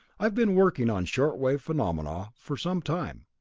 i have been working on short wave phenomena for some time.